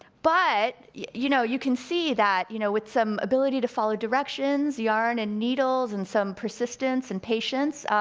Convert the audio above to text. but you know, you can see that you know with some ability to follow directions, yarn and needles, and some persistence and patience,